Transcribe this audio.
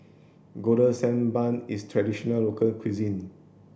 golden sand bun is traditional local cuisine